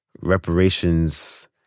reparations